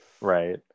Right